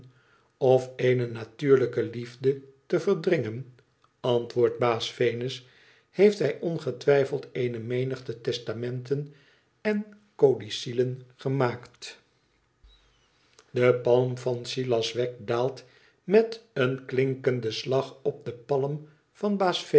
zetten ofeene natuurlijke liefde te verdringen antwoordt baas venus heeft hij ongetwijfeld eene menigte testamenten en codicillen gemaakt de palm van silas wegg daalt met een klinkenden slag op de palm tad baas